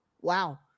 Wow